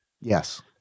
Yes